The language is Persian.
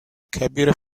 کبیر